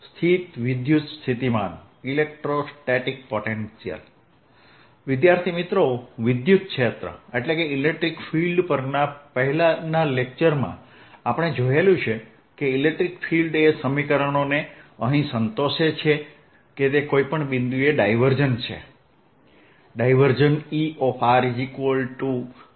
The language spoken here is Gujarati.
સ્થિત વિદ્યુતસ્થિતિમાન વિદ્યુત ક્ષેત્ર પરના પહેલાના લેક્ચરમાં આપણે જોયું છે કે ઇલેક્ટ્રિક ફીલ્ડ એ સમીકરણોને અહિ સંતોષે છે કે તે કોઈપણ બિંદુએ ડાયવર્જન્સ છે